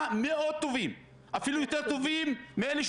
המחלוקת הקשה ביותר עם הליכוד ועם בנימין נתניהו זה שלטון החוק